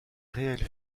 réelle